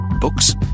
Books